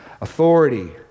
authority